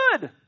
good